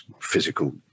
physical